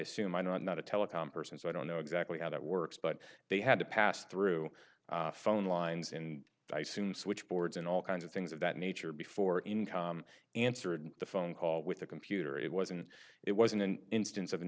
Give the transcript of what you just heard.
assume i know i'm not a telecom person so i don't know exactly how that works but they had to pass through phone lines and i soon switch boards and all kinds of things of that nature before income answered the phone call with the computer it wasn't it wasn't an instance of an